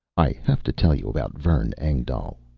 i have to tell you about vern engdahl.